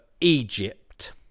Egypt